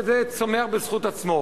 זה צומח בזכות עצמו.